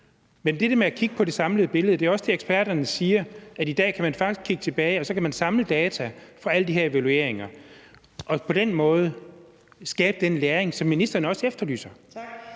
det der med at kigge på det samlede billede. Det er også det, eksperterne siger, altså at i dag kan man faktisk kigge tilbage, og så kan man samle data fra alle de her evalueringer og på den måde skabe den læring, som ministeren også efterlyser.